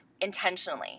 intentionally